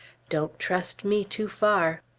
don't trust me too far.